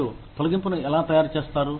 మీరు తొలగింపును ఎలా తయారు చేస్తారు